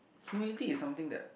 humility is something that